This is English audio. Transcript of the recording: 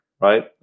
right